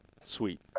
Sweet